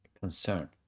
concern